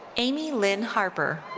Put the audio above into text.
amy lynn harper.